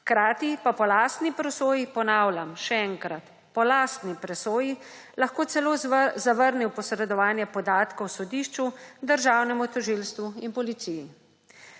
hkrati pa po lastni presoji, ponavljam, še enkrat, po lastni presoji lahko celo zavrnil posredovanje podatkov sodišču, Državnemu tožilstvu in Policiji.